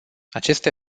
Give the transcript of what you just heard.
aceste